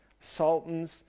sultans